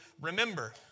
remember